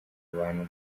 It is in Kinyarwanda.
abantu